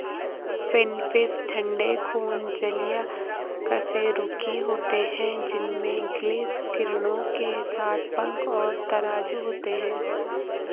finfish ठंडे खून जलीय कशेरुकी होते हैं जिनमें गिल्स किरणों के साथ पंख और तराजू होते हैं